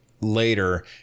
later